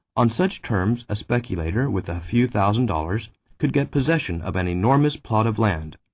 on such terms a speculator with a few thousand dollars could get possession of an enormous plot of land.